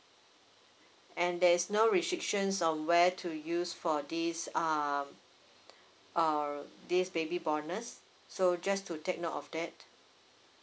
and there's no restrictions on where to use for this um err this baby bonus so just to take note of that